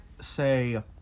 say